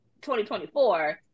2024